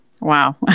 Wow